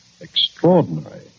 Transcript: extraordinary